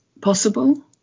possible